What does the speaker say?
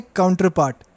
counterpart